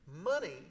money